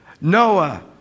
Noah